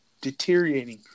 Deteriorating